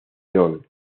john